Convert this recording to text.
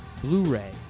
Blu-ray